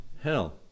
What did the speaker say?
Hell